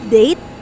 date